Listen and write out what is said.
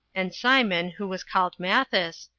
and simon, who was called matthes,